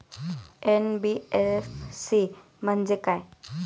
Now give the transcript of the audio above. NBFC म्हणजे काय?